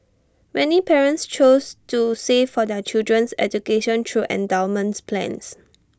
many parents choose to save for their children's education through endowment plans